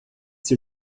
ser